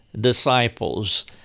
disciples